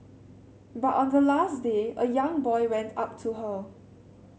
but on the last day a young boy went up to her